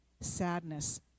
sadness